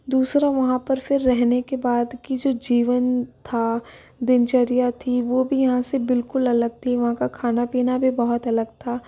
दूसरा वहाँ पर फिर रहने के बाद की जो जीवन था दिनचर्या थी वो भी यहाँ से बिल्कुल अलग थी वहाँ का खाना पीना भी बहुत अलग था